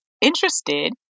interested